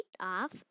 off